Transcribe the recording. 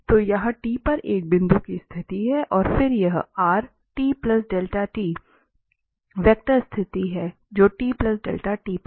तो यह t पर एक बिंदु की स्थिति है और फिर यह वेक्टर स्थिति है जो पर हैं